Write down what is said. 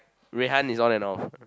Rui-Han is on and off